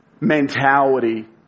mentality